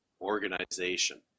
organization